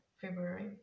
February